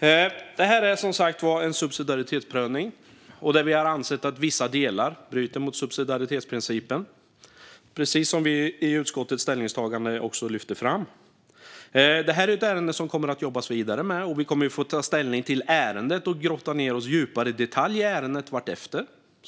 Detta är som sagt en subsidiaritetsprövning där vi har ansett att vissa delar bryter mot subsidiaritetsprincipen, precis som vi lyfter fram i utskottets ställningstagande. Detta är ett ärende som det kommer att jobbas vidare med, och vi kommer såklart att få ta ställning till det och grotta ned oss djupare i detalj i det vartefter.